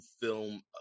film